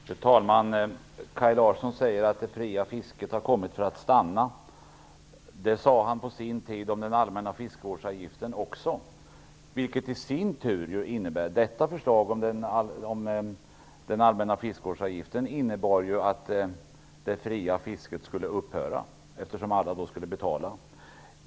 Fru talman! Kaj Larsson säger att det fria fisket har kommit för att stanna. Detsamma sade han en gång i tiden också om den allmänna fiskevårdsavgiften. Det förslaget innebar ju att det fria fisket skulle upphöra, eftersom alla skulle betala.